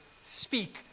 speak